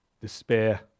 despair